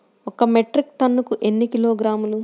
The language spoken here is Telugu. ఒక మెట్రిక్ టన్నుకు ఎన్ని కిలోగ్రాములు?